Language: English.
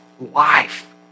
life